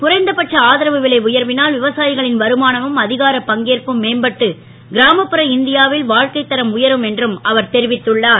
குறைந்த பட்ச ஆதரவு விலை உயர்வினால் விவசா களின் வருமானமும் அ காரப் பங்கேற்பும் மேம்பட்டு கிராமப்புற இந் யாவில் வா க்கைத் தரம் உயரும் என்றும் அவர் தெரிவித்துள்ளார்